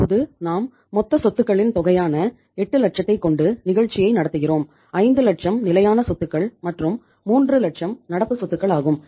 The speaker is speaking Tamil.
இப்போது நாம் மொத்த சொத்துக்களின் தொகையான 8 லட்சத்தை கொண்டு நிகழ்ச்சியை நடத்துகிறோம் 5 லட்சம் நிலையான சொத்துக்கள் மற்றும் 3 லட்சம் நடப்பு சொத்துக்கள் ஆகும்